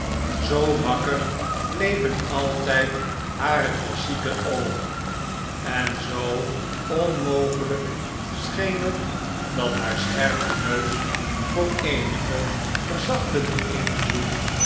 zoo wakker bleven altijd hare klassieke oogen en zoo onmogelijk scheen het dat haar scherpe neus voor eenigen verzachtenden invloed